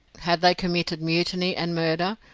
had they committed mutiny and murder,